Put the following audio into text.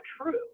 true